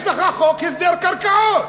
יש לך חוק הסדר קרקעות,